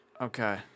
Okay